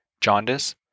jaundice